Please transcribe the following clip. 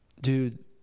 dude